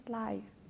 life